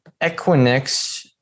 Equinix